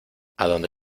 adonde